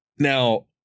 Now